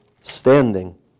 standing